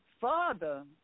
father